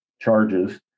charges